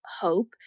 hope